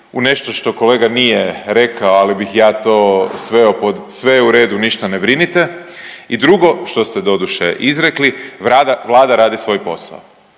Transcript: u nešto što kolega nije rekao, ali bih ja to sveo pod sve je u redu, ništa ne brinite i drugo, što ste doduše izrekli, Vlada radi svoj posao.